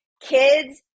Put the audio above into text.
kids